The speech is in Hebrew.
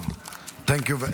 Thank you.